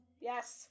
Yes